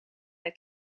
hij